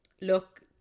look